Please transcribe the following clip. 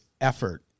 effort